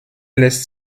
lässt